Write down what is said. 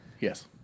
Yes